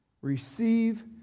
receive